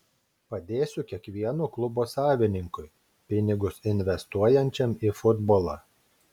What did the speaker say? padėsiu kiekvieno klubo savininkui pinigus investuojančiam į futbolą